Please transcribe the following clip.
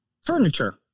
furniture